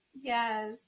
Yes